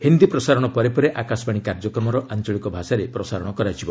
ହିନ୍ଦୀ ପ୍ରସାରଣ ପରେ ପରେ ଆକାଶବାଣୀ କାର୍ଯ୍ୟକ୍ରମର ଆଞ୍ଚଳିକ ଭାଷାରେ ପ୍ରସାରଣ କରିବ